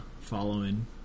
following